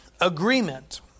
agreement